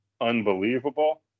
unbelievable